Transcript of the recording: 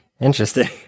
Interesting